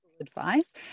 advice